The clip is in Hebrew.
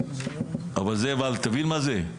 אבל אתה מבין מה זה?